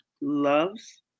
loves